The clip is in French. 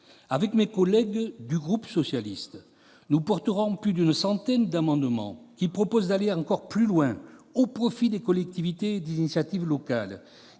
Avec mes collègues du groupe socialiste, nous défendrons plus d'une centaine d'amendements, qui tendent à aller encore plus loin au profit des collectivités et des initiatives locales